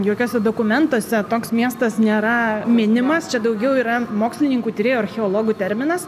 jokiuose dokumentuose toks miestas nėra minimas čia daugiau yra mokslininkų tyrėjų archeologų terminas